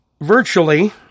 virtually